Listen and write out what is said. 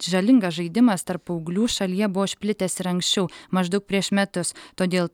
žalingas žaidimas tarp paauglių šalyje buvo išplitęs ir anksčiau maždaug prieš metus todėl